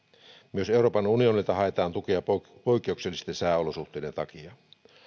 myös euroopan unionilta haetaan tukea poikkeuksellisten sääolosuhteiden takia